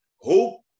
hope